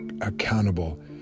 accountable